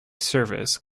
service